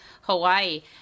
Hawaii